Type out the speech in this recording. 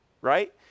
right